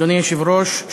אדוני היושב-ראש,